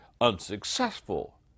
unsuccessful